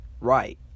right